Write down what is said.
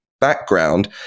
background